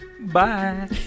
Bye